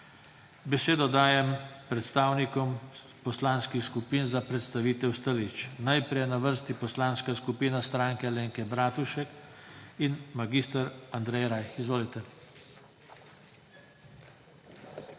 Besedo dajem predstavnikom poslanskih skupin za predstavitev stališč. Najprej je na vrsti Poslanska skupina Stranke Alenke Bratušek in mag. Andrej Rajh. Izvolite.